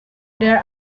there